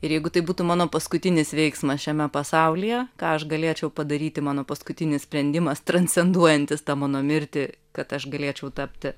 ir jeigu tai būtų mano paskutinis veiksmas šiame pasaulyje ką aš galėčiau padaryti mano paskutinis sprendimas trancenduojantis tą mano mirtį kad aš galėčiau tapti